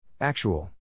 Actual